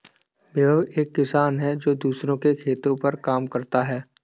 विभव एक किसान है जो दूसरों के खेतो पर काम करता है